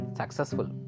successful